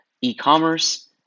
e-commerce